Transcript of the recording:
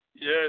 Yes